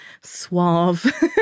suave